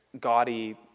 gaudy